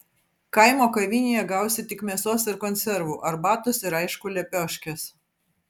kaimo kavinėje gausi tik mėsos ir konservų arbatos ir aišku lepioškės